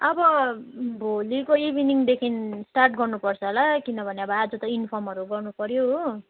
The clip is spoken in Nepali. अब भोलिको इभिनिङदेखि स्टार्ट गर्नुपर्छ होला किनभने अब आज त इन्फर्महरू गर्नुपऱ्यो हो